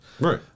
Right